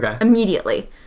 immediately